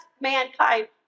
mankind